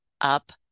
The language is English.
up